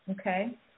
Okay